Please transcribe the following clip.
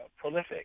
prolific